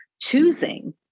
choosing